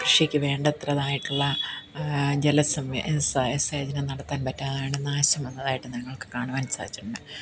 കൃഷിക്ക് വേണ്ട അത്രയും ആയിട്ടുള്ള ജല സംവേ സ സേചനം നടത്താൻ പറ്റാതായത് നാശം വന്നതായിട്ട് ഞങ്ങൾക്ക് കാണുവാൻ സാധിച്ചിട്ടുണ്ട്